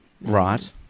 Right